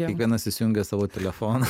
kiekvienas įsijungęs savo telefoną